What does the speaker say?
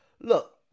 look